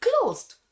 closed